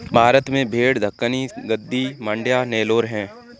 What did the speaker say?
भारत में भेड़ दक्कनी, गद्दी, मांड्या, नेलोर है